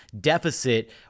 deficit